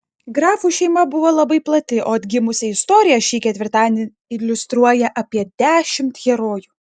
grafų šeima buvo labai plati o atgimusią istoriją šį ketvirtadienį iliustruoja apie dešimt herojų